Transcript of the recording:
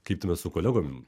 kaip tuomet su kolegom